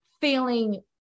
feeling